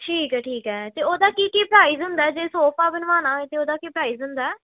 ਠੀਕ ਹੈ ਠੀਕ ਹੈ ਅਤੇ ਉਹਦਾ ਕੀ ਕੀ ਪ੍ਰਾਈਜ਼ ਹੁੰਦਾ ਜੇ ਸੋਫਾ ਬਣਵਾਉਣਾ ਹੋਏ ਤਾਂ ਉਹਦਾ ਕੀ ਪ੍ਰਾਈਜ਼ ਹੁੰਦਾ